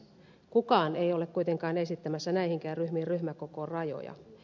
kukaan ei ole kuitenkaan esittämässä näihinkään ryhmiin ryhmäkokorajoja